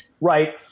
Right